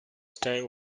style